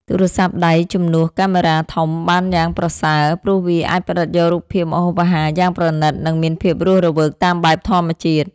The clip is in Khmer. ទូរស័ព្ទដៃជំនួសកាមេរ៉ាធំបានយ៉ាងប្រសើរ ព្រោះវាអាចផ្ដិតយករូបភាពម្ហូបអាហារយ៉ាងប្រណីត និង មានភាពរស់រវើកតាមបែបធម្មជាតិ។